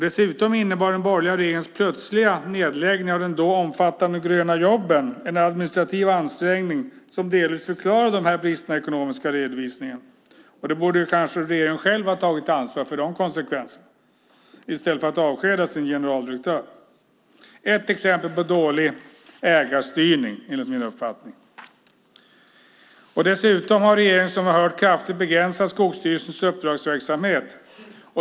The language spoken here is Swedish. Dessutom innebar den borgerliga regeringens plötsliga nedläggning av det då omfattande projektet Gröna jobb en administrativ ansträngning som delvis förklarar bristerna i den ekonomiska redovisningen. Regeringen borde kanske själv ha tagit ansvar för de konsekvenserna i stället för att avskeda sin generaldirektör. Det är ett exempel på dålig ägarstyrning, enligt min uppfattning. Dessutom har regeringen, som vi har hört, kraftigt begränsat Skogsstyrelsens uppdragsverksamhet.